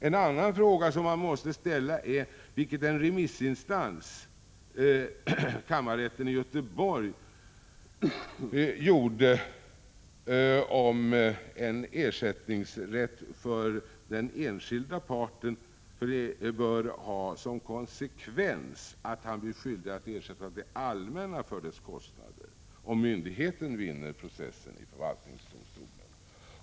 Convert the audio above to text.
En annan fråga som man måste ställa är — vilket en remissinstans, kammarrätten i Göteborg, gjorde — om en ersättningsrätt för den enskilda parten bör ha som konsekvens att han blir skyldig att ersätta det allmänna för dess kostnader, om myndigheten vinner processen i förvaltningsdomstolen.